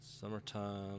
Summertime